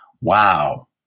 wow